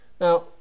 Now